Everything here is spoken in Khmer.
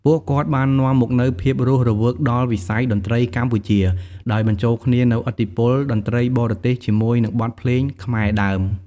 ពួកគាត់បាននាំមកនូវភាពរស់រវើកដល់វិស័យតន្ត្រីកម្ពុជា ដោយបញ្ចូលគ្នានូវឥទ្ធិពលតន្ត្រីបរទេសជាមួយនឹងបទភ្លេងខ្មែរដើម។